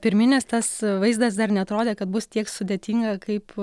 pirminis tas vaizdas dar neatrodė kad bus tiek sudėtinga kaip